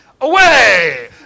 away